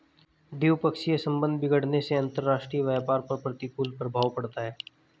द्विपक्षीय संबंध बिगड़ने से अंतरराष्ट्रीय व्यापार पर प्रतिकूल प्रभाव पड़ता है